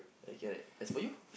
okay like as for you